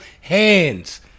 hands